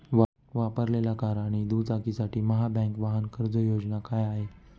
वापरलेल्या कार आणि दुचाकीसाठी महाबँक वाहन कर्ज योजना काय आहे?